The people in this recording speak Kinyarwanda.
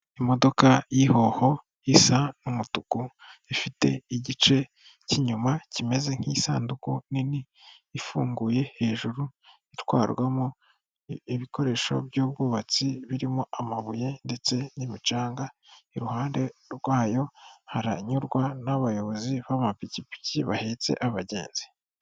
Imodoka y'ihoho isa n'umutuku ifite igice cy'inyuma kimeze nk'isanduku nini ifunguye, hejuru itwarwamo ibikoresho byubwubatsi birimo amabuye ndetse n'imicanga. Iruhande rwayo haranyurwa n'abayobozi b'amapikipiki bahetse abagenzi.